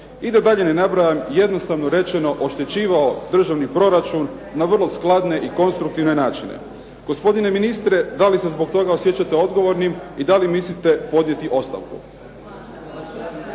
I da dalje ne nabrajam, jednostavno rečeno oštećivao državni proračun na vrlo skladne i konstruktivne načine. Gospodine ministre, da li se zbog toga osjećate odgovornim i da li mislite podnijeti ostavku?